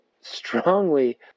strongly